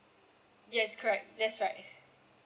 yes correct that's right